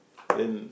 then